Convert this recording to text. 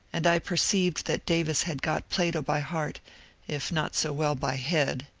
and i perceived that davis had got plato by heart if not so well by head.